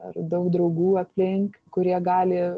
ar daug draugų aplink kurie gali